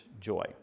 joy